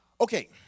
Okay